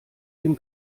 dem